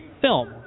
film